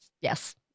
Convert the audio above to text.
Yes